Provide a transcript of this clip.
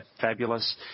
fabulous